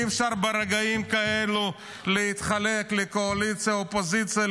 אי- אפשר ברגעים כאלה להתחלק לקואליציה אופוזיציה,